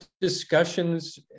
discussions